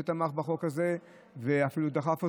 שתמך בחוק הזה ואפילו דחף אותו,